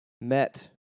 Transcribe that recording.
Met